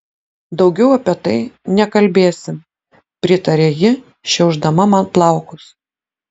daugiau apie tai nekalbėsim pritarė ji šiaušdama man plaukus